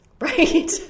Right